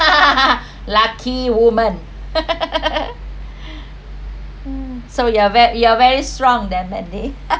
lucky woman so you're ve~ you're very strong then mandy